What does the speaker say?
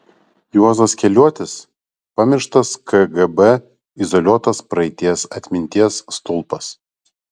juozas keliuotis pamirštas kgb izoliuotas praeities atminties stulpas